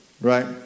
right